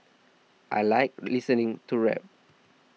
I like listening to rap